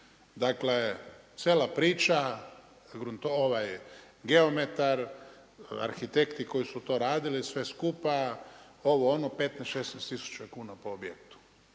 Dakle cijela priča geometar, arhitekti koji su to radili sve skupa, ovo, ono, 15, 16 tisuća kuna po objektu.